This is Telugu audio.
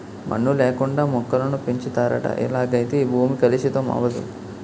మన్ను లేకుండా మొక్కలను పెంచుతారట ఇలాగైతే భూమి కలుషితం అవదు